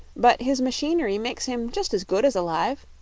but his machinery makes him just as good as alive.